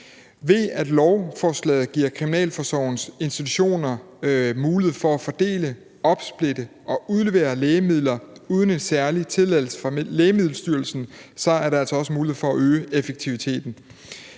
Ved at lovforslaget giver Kriminalforsorgens institutioner mulighed for at fordele, opsplitte og udlevere lægemidler uden en særlig tilladelse fra Lægemiddelstyrelsen, er der altså også mulighed for at øge effektiviteten.